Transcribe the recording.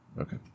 Okay